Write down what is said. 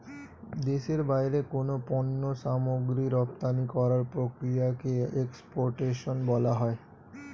দেশের বাইরে কোনো পণ্য সামগ্রী রপ্তানি করার প্রক্রিয়াকে এক্সপোর্টেশন বলা হয়